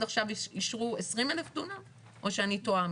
עכשיו אישרו 20,000 דונם או שאני טועה,